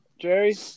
Jerry